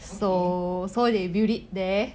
okay